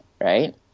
right